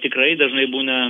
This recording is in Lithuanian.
tikrai dažnai būna